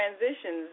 transitions